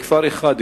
בכפר אחד,